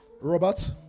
Robert